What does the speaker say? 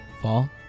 Fall